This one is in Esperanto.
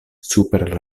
super